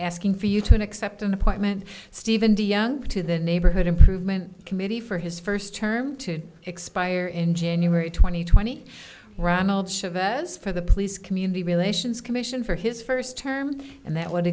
asking for you to accept an appointment steven de young to the neighborhood improvement committee for his first term to expire in january two thousand and twenty ronald chavez for the police community relations commission for his first term and that would